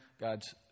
God's